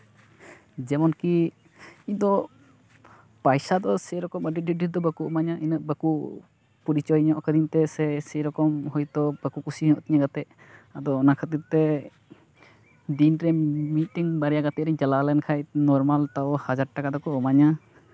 ᱡᱮᱢᱚᱱ ᱠᱤ ᱤᱧ ᱫᱚ ᱯᱟᱭᱥᱟ ᱫᱚ ᱥᱮᱨᱚᱠᱚᱢ ᱟᱹᱰᱤ ᱰᱷᱮᱨ ᱰᱷᱮᱨ ᱫᱚ ᱵᱟᱠᱚ ᱤᱢᱟᱹᱧᱟ ᱵᱟᱠᱚ ᱯᱚᱨᱤᱪᱚᱭ ᱧᱚᱜ ᱠᱟᱹᱫᱤᱧ ᱛᱮ ᱥᱮ ᱥᱮᱨᱚᱠᱚᱢ ᱦᱳᱭᱛᱳ ᱵᱟᱠᱚ ᱠᱩᱥᱤᱣᱟᱛᱮᱧᱟ ᱜᱟᱛᱮᱜ ᱟᱫᱚ ᱚᱱᱟ ᱠᱷᱟᱹᱛᱤᱨ ᱛᱮ ᱫᱤᱱ ᱨᱮ ᱢᱤᱫᱴᱤᱝ ᱵᱟᱨᱭᱟ ᱜᱟᱛᱮᱜ ᱨᱤᱧ ᱪᱟᱞᱟᱣ ᱞᱮᱱ ᱠᱷᱟᱱ ᱱᱚᱨᱢᱟᱞ ᱛᱟᱣ ᱦᱟᱡᱟᱨ ᱴᱟᱠᱟ ᱫᱚᱠᱚ ᱤᱢᱟᱹᱧᱟ